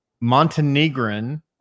Montenegrin